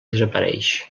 desapareix